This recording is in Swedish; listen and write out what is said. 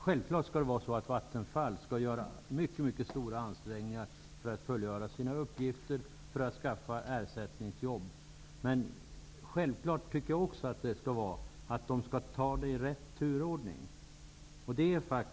Självklart skall Vattenfall göra mycket stora ansträngningar för att skaffa ersättningsjobb, men det är också självklart att det skall ske i rätt turordning.